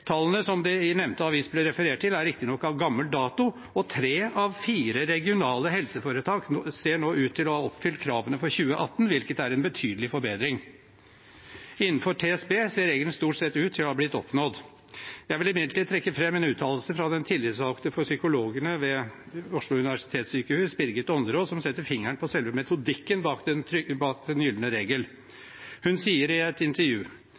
Tallene som det i nevnte avis ble referert til, er riktignok av gammel dato, og tre av fire regionale helseforetak ser nå ut til å ha oppfylt kravene for 2018, hvilket er en betydelig forbedring. Innenfor TSB ser regelen stort sett ut til å ha blitt oppfylt. Jeg vil imidlertid trekke fram en uttalelse fra den tillitsvalgte for psykologene ved Oslo universitetssykehus, Birgit Aanderaa, som setter fingeren på selve metodikken bak den gylne regel. Hun sier i et intervju: